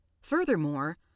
Furthermore